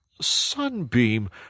sunbeam